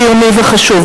חיוני וחשוב,